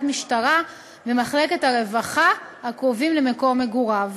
משטרה ומחלקת הרווחה הקרובים למקום מגוריו.